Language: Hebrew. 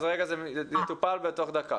זה יטופל בעוד דקה.